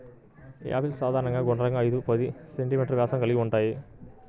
apples సాధారణంగా గుండ్రంగా, ఐదు పది సెం.మీ వ్యాసం కలిగి ఉంటాయి